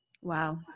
Wow